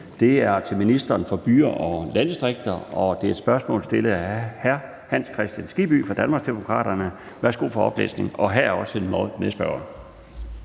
Det er til ministeren for byer og landdistrikter, og det er et spørgsmål stillet af hr. Hans Kristian Skibby fra Danmarksdemokraterne, og der er også en medspørger.